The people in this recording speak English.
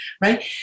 Right